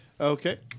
Okay